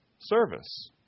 Service